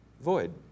void